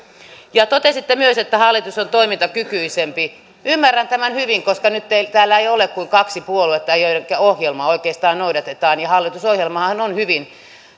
totesitte myös että hallitus on toimintakykyisempi ymmärrän tämän hyvin koska nyt täällä ei ole kuin kaksi puoluetta joidenka ohjelmaa oikeastaan noudatetaan ja hallitusohjelmahan on hyvin